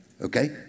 Okay